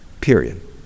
period